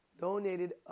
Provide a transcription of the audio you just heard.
donated